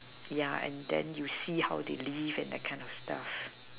yeah and then you see how they live and that kind of stuff